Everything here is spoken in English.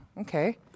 okay